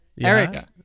Eric